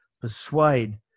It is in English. persuade